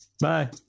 bye